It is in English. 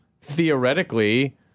theoretically